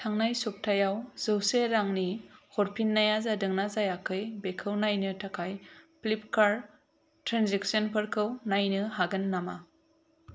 थांनाय सप्तायाव जौसे रांनि हरफिन्नाया जादों ना जायाखै बेखौ नायनो थाखाय फ्लिपकार्ट ट्रेन्जेकसनफोरखौ नायनो हागोन नामा